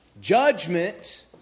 Judgment